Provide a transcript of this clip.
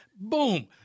boom